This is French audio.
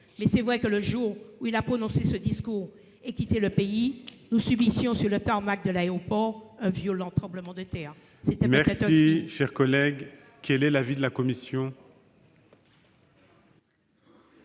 Il est vrai que le jour où il a prononcé ce discours et quitté le pays, nous subissions sur le tarmac de l'aéroport un violent tremblement de terre ; c'était peut-être un signe. Quel est l'avis de la commission ?